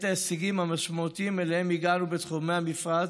ההישגים המשמעותיים שאליהם הגענו בתחומי המפרץ,